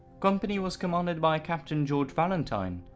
company was commanded by captain george valentine,